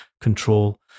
control